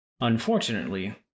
Unfortunately